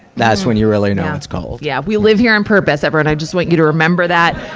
that's when you really know it's cold. yeah. we live here on purpose, everyone. i just want you to remember that,